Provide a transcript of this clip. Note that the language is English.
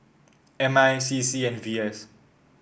M I C C and V S